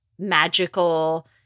magical